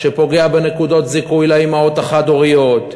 שפוגע בנקודות זיכוי לאימהות החד-הוריות,